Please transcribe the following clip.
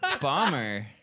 Bomber